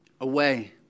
away